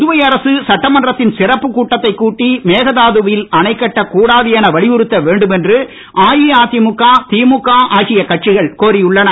புதுவை அரசு சட்டமன்றத்தின் சிறப்பு கூட்டத்தை கூட்டி மேகதாதுவில் அணை கட்ட கூடாது என வலியுறுத்த வேண்டும் என்று அஇஅதிமுக திமுக ஆகிய கட்சிகள் கோரியுள்ளன